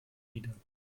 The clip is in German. liedern